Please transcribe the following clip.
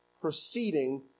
proceeding